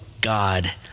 God